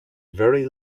very